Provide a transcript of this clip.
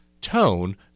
tone